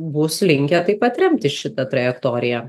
bus linkę taip pat remti šitą trajektoriją